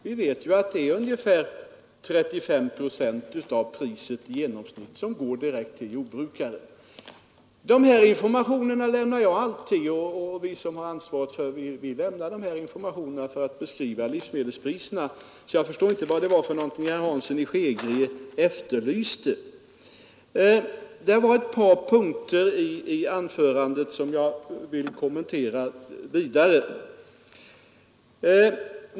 Vi vet ju att det är ungefär 35 procent av priset som går direkt till jordbrukaren. De här informationerna lämnar jag alltid. Vi som har ansvaret lämnar de här informationerna för att beskriva livsmedelspriserna. Jag förstår således inte vad det var herr Hansson i Skegrie efterlyste. Det var ett par punkter i hans anförande som jag vill kommentera vidare.